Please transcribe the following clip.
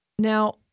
Now